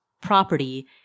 property